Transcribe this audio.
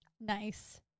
Nice